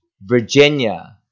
Virginia